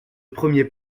premier